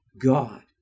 God